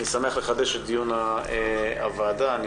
אני מתכבד לפתוח את ישיבת הוועדה לקידום מעמד האישה ולשוויון מגדרי.